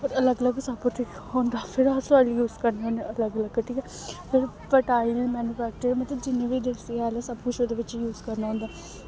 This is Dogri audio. होर अलग अलग सब होंदा फिर अस साढ़ी यूज़ करने होन्ने अलग अलग ठीक ऐ फिर फटाईल मैनफैक्चर मतलब जिन्ने बी देसी सब कुछ ओह्दे बिच्च यू़ज करने होन्ने